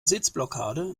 sitzblockade